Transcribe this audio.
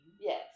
Yes